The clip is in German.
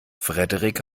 frederik